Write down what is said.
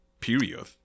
period